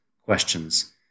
questions